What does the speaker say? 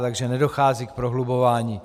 Takže nedochází k prohlubování.